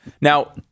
now